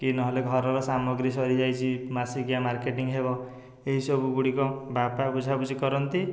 କି ନହେଲେ ଘରର ସାମଗ୍ରୀ ସରିଯାଇଛି ମାସିକିଆ ମାର୍କେଟିଙ୍ଗ୍ ହେବ ଏହିସବୁ ଗୁଡ଼ିକ ବାପା ବୁଝାବୁଝି କରନ୍ତି